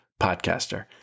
podcaster